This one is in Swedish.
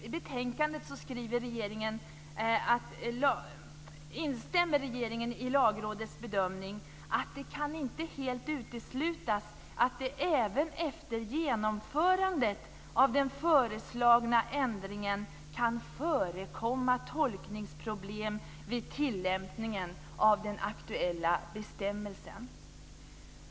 I betänkandet instämmer regeringen i Lagrådets bedömning att det inte helt kan uteslutas att det även efter genomförandet av den föreslagna ändringen kan förekomma tolkningsproblem vid tillämpningen av de aktuella bestämmelserna.